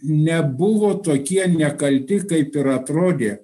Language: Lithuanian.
nebuvo tokie nekalti kaip ir atrodė